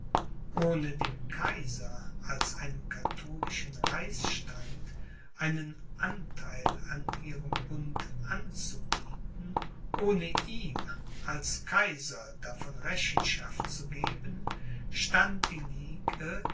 ohne dem kaiser als einem katholischen reichsstand einen antheil an ihrem bund anzubieten ohne ihm als kaiser davon rechenschaft zu geben stand die